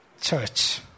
Church